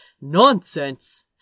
nonsense